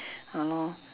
!hannor!